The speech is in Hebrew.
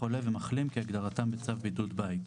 "חולה" ו"מחלים" כהגדרתם בצו בידוד בית".